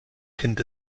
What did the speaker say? kind